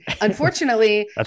Unfortunately